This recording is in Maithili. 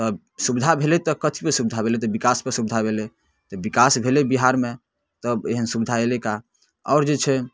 तऽ सुविधा भेलै तऽ कथीके सुविधा भेलै तऽ विकासके सुविधा भेलै तऽ विकास भेलै बिहारमे तब एहन सुविधा एहि लऽ कऽ आओर जे छै